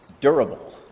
durable